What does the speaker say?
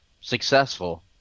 successful